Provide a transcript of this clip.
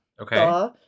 Okay